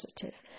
positive